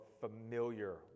familiar